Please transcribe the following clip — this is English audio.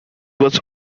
was